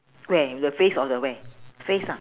where your face or the where face ah